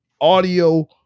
audio